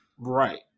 Right